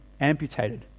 amputated